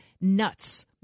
nuts